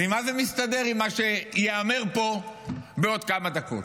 אז איך זה מסתדר עם מה שייאמר פה בעוד כמה דקות?